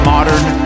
Modern